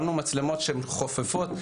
שמנו מצלמות שהן חופפות.